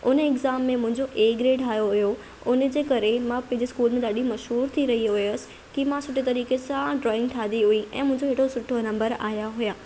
उन एक्ज़ाम में मुंहिंजो ए ग्रेड आयो हुयो उनजे करे मां पंहिंजे स्कूल में ॾाढी मशहूरु थी वई हुयसि कि मां सुठे तरीक़े सां ड्राइंग ठाही हुई मुंहिंजो हेॾो सुठो नंबर आया हुया